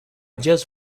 just